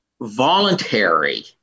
voluntary